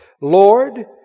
Lord